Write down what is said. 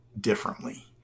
differently